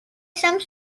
some